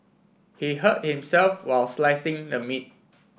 he hurt himself while slicing the meat